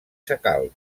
sacalm